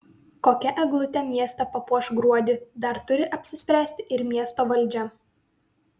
kokia eglutė miestą papuoš gruodį dar turi apsispręsti ir miesto valdžia